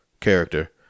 character